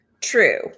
True